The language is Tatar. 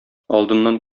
алдыннан